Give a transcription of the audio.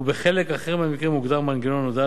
ובחלק אחר מהמקרים הוגדר מנגנון הודעה